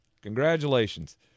congratulations